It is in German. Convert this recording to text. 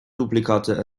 duplikate